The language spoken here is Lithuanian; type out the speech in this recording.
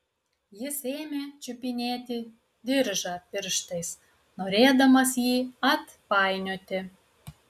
jis ėmė čiupinėti diržą pirštais norėdamas jį atpainioti